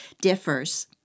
differs